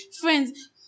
friends